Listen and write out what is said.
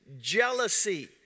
jealousy